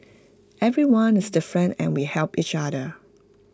everyone is different and we help each other